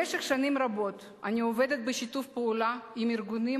במשך שנים רבות אני עובדת בשיתוף פעולה עם הארגונים